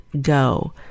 go